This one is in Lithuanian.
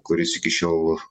kuris iki šiol